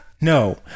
No